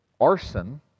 arson